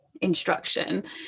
instruction